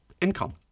income